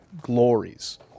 glories